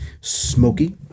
smoky